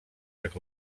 jak